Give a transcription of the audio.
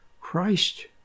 Christ